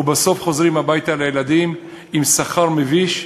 ובסוף חוזרים הביתה לילדים עם שכר מביש,